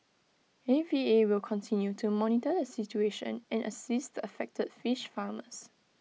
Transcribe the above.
A V A will continue to monitor the situation and assist the affected fish farmers